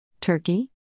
Turkey